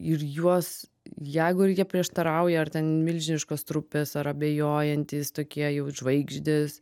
ir juos jeigu ir jie prieštarauja ar ten milžiniškos trupės ar abejojantys tokie jau žvaigždės